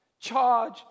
Charge